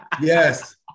yes